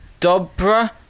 Dobra